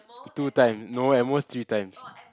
two time no at most three time